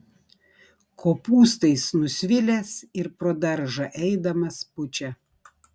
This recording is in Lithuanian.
kopūstais nusvilęs ir pro daržą eidamas pučia